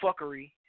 fuckery